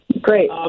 Great